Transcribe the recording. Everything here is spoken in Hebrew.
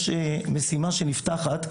יש משימה שנפתחת,